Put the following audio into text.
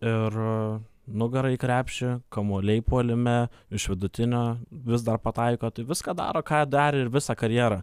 ir nugara į krepšį kamuoliai puolime iš vidutinio vis dar pataiko tai viską daro ką darė ir visą karjerą